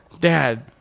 dad